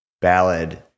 ballad